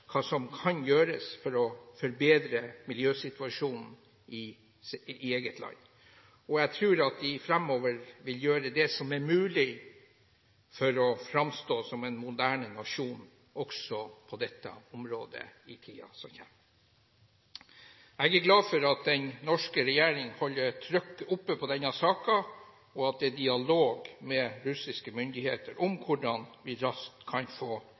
hva som kan gjøres for å forbedre miljøsituasjonen i eget land, og jeg tror at de framover vil gjøre det som er mulig for å framstå som en moderne nasjon, også på dette området, i tiden som kommer. Jeg er glad for at den norske regjering holder trykket oppe på denne saken, og at det er dialog med russiske myndigheter om hvordan vi raskt kan få